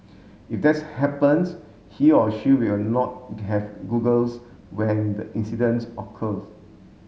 if that's happens he or she will not have goggles when the incidents occurs